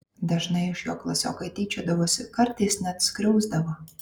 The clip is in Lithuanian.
dažnai iš jo klasiokai tyčiodavosi kartais net skriausdavo